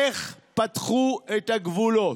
איך פתחו את הגבולות,